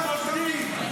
אנחנו בוגדים, חנוך.